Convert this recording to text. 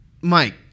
Mike